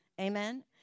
Amen